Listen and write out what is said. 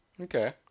Okay